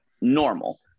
normal